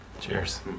Cheers